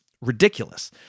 ridiculous